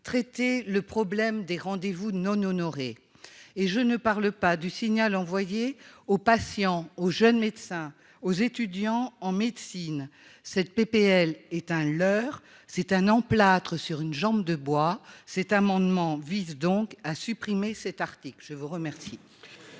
traiter le problème des rendez-vous non honorés. Et je ne parle pas du signal envoyé aux patients, aux jeunes médecins aux étudiants en médecine cette PPL éteint l'heure c'est un emplâtre sur une jambe de bois. Cet amendement vise donc à supprimer cet article, je vous remercie.